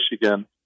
Michigan